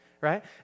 Right